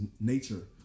nature